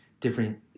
different